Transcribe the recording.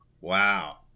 Wow